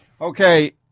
Okay